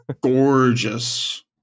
gorgeous